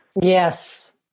Yes